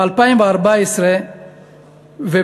3,300 ב-2014,